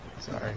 Sorry